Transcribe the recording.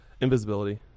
Invisibility